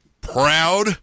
proud